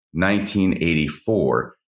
1984